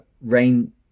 rain